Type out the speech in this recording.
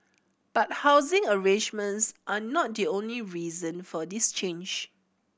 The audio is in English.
but housing arrangements are not the only reason for this change